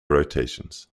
rotations